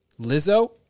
Lizzo